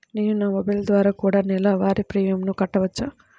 నేను నా మొబైల్ ద్వారా కూడ నెల వారి ప్రీమియంను కట్టావచ్చా?